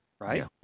right